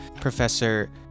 professor